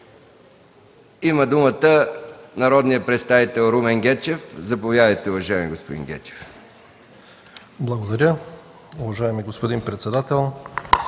Има думата народният представител Румен Гечев. Заповядайте, уважаеми господин Гечев. РУМЕН ГЕЧЕВ (КБ): Благодаря. Уважаеми господин председател,